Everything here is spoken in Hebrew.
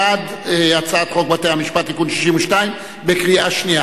בעד הצעת חוק בתי-המשפט (תיקון מס' 62) בקריאה שנייה.